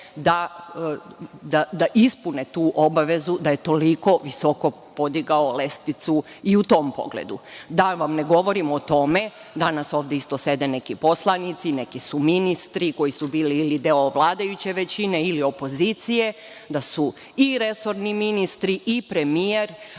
da ispune tu obavezu, da je toliko visoko podigao lestvicu i u tom pogledu. Da vam ne govorimo o tome, danas ovde isto sede neki poslanici, neki su ministri koji su bili ili deo vladajuće većine ili opozicije, da su i resorni ministri i premijer